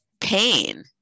pain